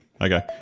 okay